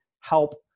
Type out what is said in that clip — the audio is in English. help